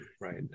right